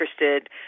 interested